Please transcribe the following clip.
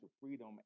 freedom